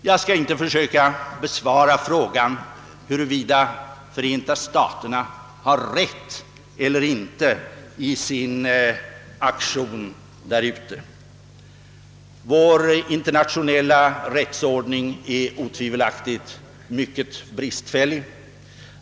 Jag skall inte försöka besvara frågan huruvida Förenta staterna har rätt eller ej i sin aktion där ute. Vår internationella rättsordning är otvivelaktigt mycket bristfällig.